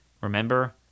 Remember